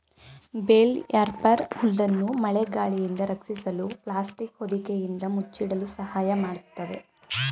bale wrapper ಹುಲ್ಲನ್ನು ಮಳೆ ಗಾಳಿಯಿಂದ ರಕ್ಷಿಸಲು ಪ್ಲಾಸ್ಟಿಕ್ ಹೊದಿಕೆಯಿಂದ ಮುಚ್ಚಿಡಲು ಸಹಾಯ ಮಾಡತ್ತದೆ